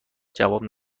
جواب